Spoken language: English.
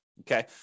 Okay